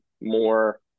more